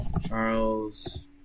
Charles